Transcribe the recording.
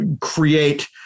create